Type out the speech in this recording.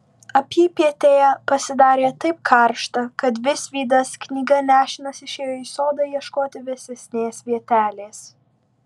apypietėje pasidarė taip karšta kad visvydas knyga nešinas išėjo į sodą ieškoti vėsesnės vietelės